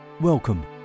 Welcome